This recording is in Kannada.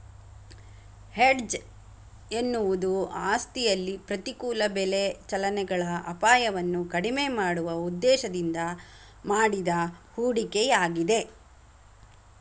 ಹೆಡ್ಜ್ ಎನ್ನುವುದು ಆಸ್ತಿಯಲ್ಲಿ ಪ್ರತಿಕೂಲ ಬೆಲೆ ಚಲನೆಗಳ ಅಪಾಯವನ್ನು ಕಡಿಮೆ ಮಾಡುವ ಉದ್ದೇಶದಿಂದ ಮಾಡಿದ ಹೂಡಿಕೆಯಾಗಿದೆ